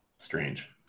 Strange